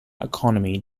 economy